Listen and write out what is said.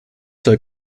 soll